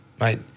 Mate